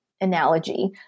analogy